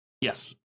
Yes